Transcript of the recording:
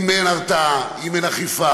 אם אין הרתעה, אם אין אכיפה,